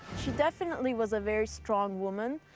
she definitely was a very strong woman.